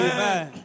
Amen